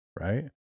right